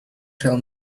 tell